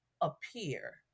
appear